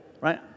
right